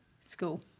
School